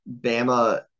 Bama